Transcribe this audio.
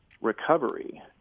recovery